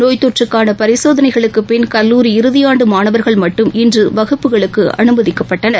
நோய் தொற்றுக்காள பரிசோதனைகளுக்குப் பின் கல்லூரி இறுதி ஆண்டு மாணவர்கள் மட்டும் இன்று வகுப்புகளுக்கு அமைதிக்கப்பட்டனர்